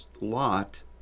Lot